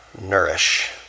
nourish